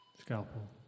Scalpel